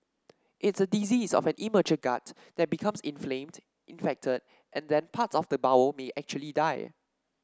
it's a disease of an immature gut that becomes inflamed infected and then parts of the bowel may actually die